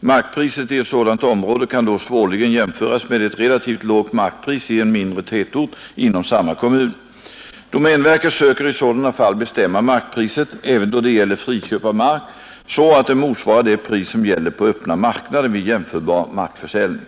Markpriset i ett sådant område kan då svårligen jämföras med ett relativt lågt markpris i en mindre tätort inom samma kommun. Domänverket söker i sådana fall bestämma markpriset, även då det gäller friköp av mark, så att det motsvarar det pris som gäller på öppna marknaden vid jämförbar markförsäljning.